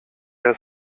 der